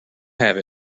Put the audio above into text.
have